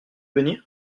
venir